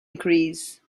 increase